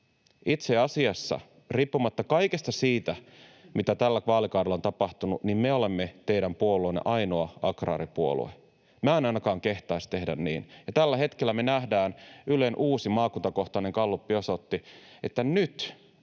itse asiassa riippumatta kaikesta siitä, mitä tällä vaalikaudella on tapahtunut, te olette heidän puolueenne, ainoa agraaripuolue? Minä en ainakaan kehtaisi tehdä niin. Tällä hetkellä me nähdään, niin kuin Ylen uusi maakuntakohtainen gallup osoitti, että nyt